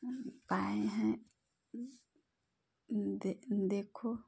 पाएँ हैं देखो